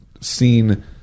seen